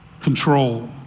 control